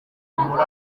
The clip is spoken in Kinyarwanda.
muri